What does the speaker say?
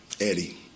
Eddie